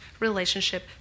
relationship